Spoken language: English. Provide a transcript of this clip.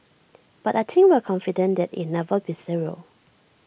but I think we're confident that it'll never be zero